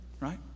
right